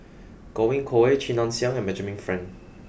Godwin Koay Chia Ann Siang and Benjamin Frank